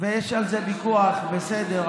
יש על זה ויכוח, בסדר.